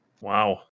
wow